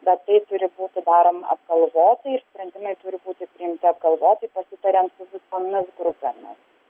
bet tai turi būti daroma apgalvotai ir sprendimai turi būti priimti apgalvotai pasitariant su visomis grupėmis